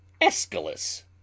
Aeschylus